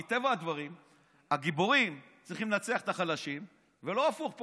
מטבע הדברים הגיבורים צריכים לנצח את החלשים ולא הפוך.